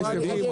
החרדים,